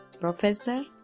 professor